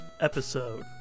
episode